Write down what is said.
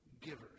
givers